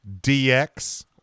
DX